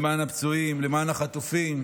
למען הפצועים, למען החטופים,